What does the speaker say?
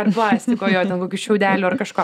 ar plastiko jo ten kokių šiaudelių ar kažko